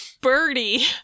Birdie